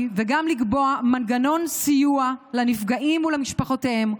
וגם לקבוע מנגנון סיוע לנפגעים ולמשפחותיהם,